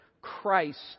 Christ